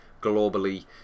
globally